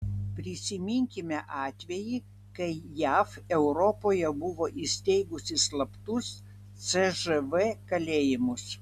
prisiminkime atvejį kai jav europoje buvo įsteigusi slaptus cžv kalėjimus